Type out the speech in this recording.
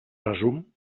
resum